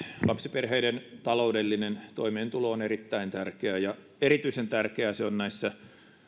lapsiperheiden taloudellinen toimeentulo on erittäin tärkeää ja erityisen tärkeää se on näissä